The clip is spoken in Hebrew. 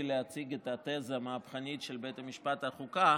להציג את התזה המהפכנית של בית משפט לחוקה,